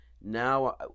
now